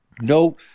no